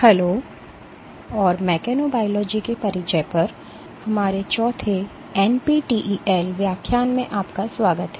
hello और मैकेबोलोजी के परिचय पर हमारे 4th एनपीटीईएल व्याख्यान में आपका स्वागत है